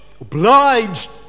obliged